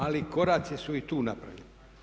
Ali koraci su i tu napravljeni.